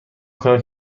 کنم